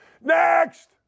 Next